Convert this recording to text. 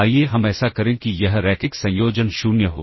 आइए हम ऐसा करें कि यह रैखिक संयोजन 0 हो